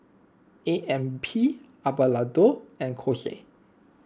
A M P Hada Labo and Kose